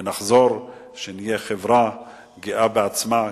ונחזור להיות חברה גאה בעצמה,